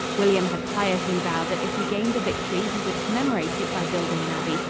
william had piously vowed that if he gained the victory he would commemorate it by building an abbey,